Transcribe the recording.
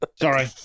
Sorry